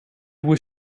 was